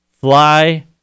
fly